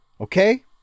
Okay